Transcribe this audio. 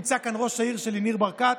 נמצא כאן ראש העיר שלי ניר ברקת,